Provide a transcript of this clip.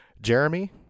Jeremy